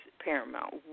paramount